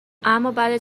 امابعد